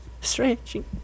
stretching